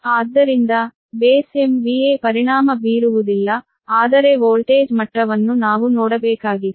ಆದ್ದರಿಂದ base MVA ನಾವು ಪರಿಣಾಮ ಬೀರುವುದಿಲ್ಲ ಆದರೆ ವೋಲ್ಟೇಜ್ ಮಟ್ಟವನ್ನು ನಾವು ನೋಡಬೇಕಾಗಿದೆ